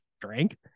drank